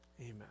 Amen